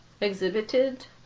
Exhibited